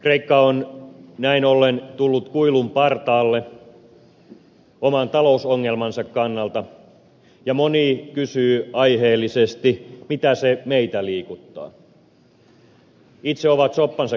kreikka on näin ollen tullut kuilun partaalle oman talousongelmansa kannalta ja moni kysyy aiheellisesti mitä se meitä liikuttaa itse ovat soppansa keittäneet syökööt sen